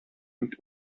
mit